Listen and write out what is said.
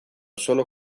solo